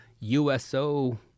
USO